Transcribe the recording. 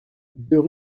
deux